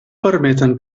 permeten